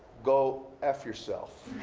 go f yourself.